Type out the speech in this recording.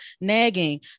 nagging